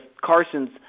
Carson's